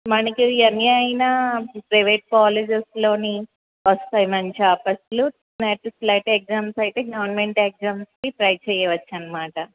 మనకి ఎమ్ఏ అయినా ప్రైవేట్ కాలేజెస్లోని వస్తాయి మంచి ఆఫర్స్లు ఎగ్జామ్స్లో అయితే గవర్న్మెంట్ ఎగ్జామ్స్కి ట్రై చేయవచ్చు అనమాట